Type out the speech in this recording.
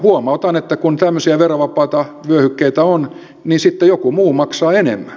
huomautan että kun tämmöisiä verovapaita vyöhykkeitä on niin joku muu maksaa enemmän